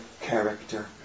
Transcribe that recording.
character